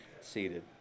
seated